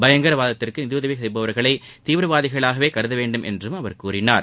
பயங்கரவாதத்திற்கு நிதியுதவி செய்பவர்களை தீவிரவாதிகளாகவே கருத வேண்டும் என்று அவர் கூறினார்